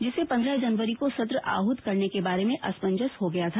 जिससे पन्द्रह जनवरी को सत्र आहृत करने के बारे में असमंजस हो गया था